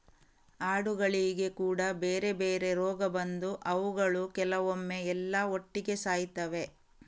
ಆಡುಗಳಿಗೆ ಕೂಡಾ ಬೇರೆ ಬೇರೆ ರೋಗ ಬಂದು ಅವುಗಳು ಕೆಲವೊಮ್ಮೆ ಎಲ್ಲಾ ಒಟ್ಟಿಗೆ ಸಾಯ್ತವೆ